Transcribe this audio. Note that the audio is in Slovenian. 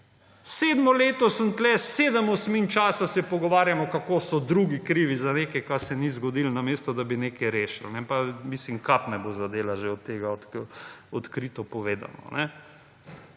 Sedmo leto sem tukaj sedem osmin časa se pogovarjamo kako so drugi krivi za nekaj, kar se ni zgodilo namesto, da bi nekaj rešili. Mislim kap me bo že zadela že od tega, odkrito povedano.